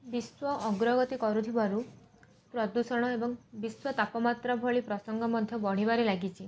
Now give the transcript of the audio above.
ବିଶ୍ୱ ଅଗ୍ରଗତି କରୁଥିବାରୁ ପ୍ରଦୂଷଣ ଏବଂ ବିଶ୍ୱ ତାପମାତ୍ରା ଭଳି ପ୍ରସଙ୍ଗ ମଧ୍ୟ ବଢ଼ିବାରେ ଲାଗିଛି